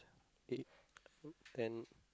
eight ten